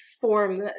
form